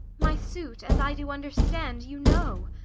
my suit, as i do understand, you know,